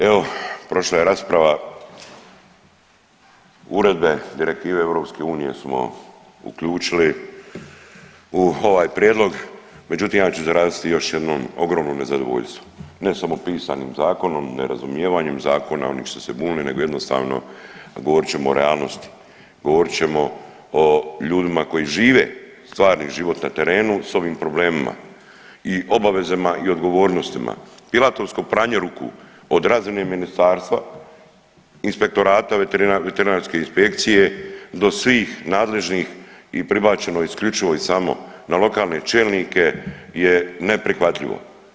Evo prošla je rasprava, uredbe direktive EU smo uključili u ovaj prijedlog, međutim ja ću izraziti još jednom ogromno nezadovoljstvo ne samo pisanim zakonom, nerazumijevanjem zakona onih što se bune nego jednostavno govorit ćemo o realnosti, govorit ćemo o ljudima koji žive stvarni život na terenu s ovim problemima i obavezama i odgovornostima, pilatovskom pranju ruku od razine ministarstva, inspektorata veterinarske inspekcije do svih nadležnih i pribačeno je isključivo i samo na lokalne čelnike je neprihvatljivo.